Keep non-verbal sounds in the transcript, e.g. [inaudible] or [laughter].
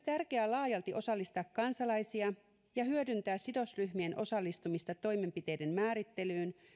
[unintelligible] tärkeää laajalti osallistaa kansalaisia ja hyödyntää sidosryhmien osallistumista toimenpiteiden määrittelyyn